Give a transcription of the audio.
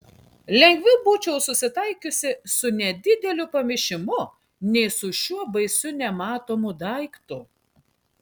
lengviau būčiau susitaikiusi su nedideliu pamišimu nei su šiuo baisiu nematomu daiktu